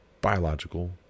biological